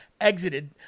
exited